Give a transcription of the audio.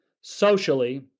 socially